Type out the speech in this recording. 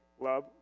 love